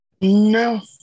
No